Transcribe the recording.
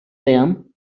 them